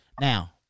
Now